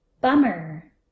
Bummer